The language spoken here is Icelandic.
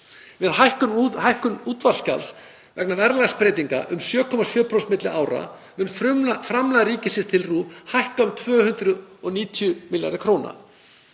Vegna hækkunar útvarpsgjalds vegna verðlagsbreytinga um 7,7% milli ára mun framlag ríkisins til RÚV hækka um 290 millj. kr.